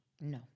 No